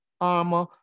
armor